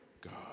God